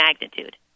magnitude